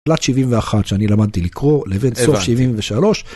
תלת 71 שאני למדתי לקרוא לבין סוף 73.